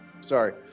Sorry